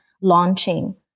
launching